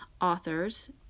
authors